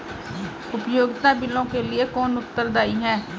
उपयोगिता बिलों के लिए कौन उत्तरदायी है?